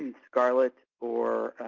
scarlett or